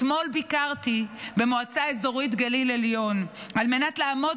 אתמול ביקרתי במועצה אזורית הגליל העליון על מנת לעמוד